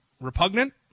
repugnant